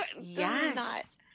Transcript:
yes